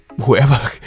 Whoever